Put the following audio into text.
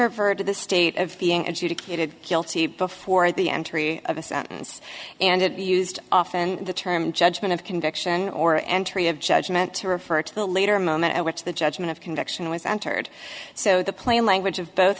or to the state of being adjudicated guilty before the entry of a sentence and it used often the term judgment of conviction or entry of judgment to refer to the later moment at which the judgment of conviction was entered so the plain language of both